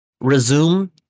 Resume